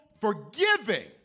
forgiving